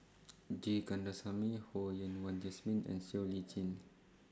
G Kandasamy Ho Yen Wah Jesmine and Siow Lee Chin